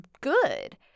good